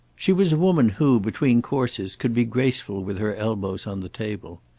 she was a woman who, between courses, could be graceful with her elbows on the table.